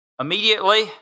immediately